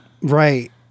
Right